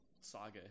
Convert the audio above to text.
saga